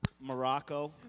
Morocco